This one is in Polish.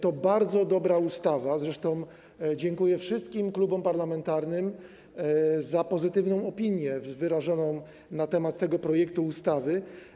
To bardzo dobra ustawa, zresztą dziękuję wszystkim klubom parlamentarnym za pozytywną opinię wyrażoną na temat tego projektu ustawy.